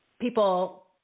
People